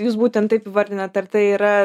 jūs būtent taip įvardinat ar tai yra